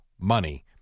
money